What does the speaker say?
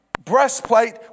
Breastplate